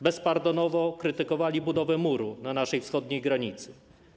Bezpardonowo krytykowali budowę muru na naszej wschodniej granicy.